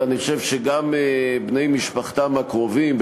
אני חושב שגם בני משפחתם הקרובים,